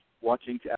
watching